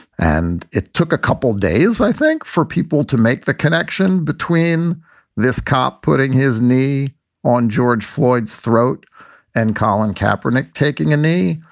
and it took a couple days, i think, for people to make the connection between this cop putting his knee on george floyd's throat and colin kaepernick taking a knee.